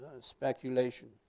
Speculation